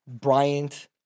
Bryant